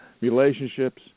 relationships